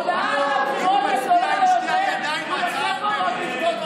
הונאת הבחירות הגדולה ביותר,